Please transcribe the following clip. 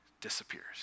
disappears